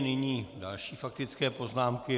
Nyní další faktické poznámky.